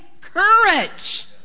courage